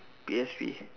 P_S_P